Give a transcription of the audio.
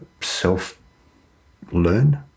self-learn